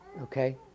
okay